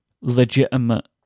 legitimate